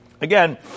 Again